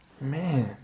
Man